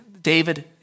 David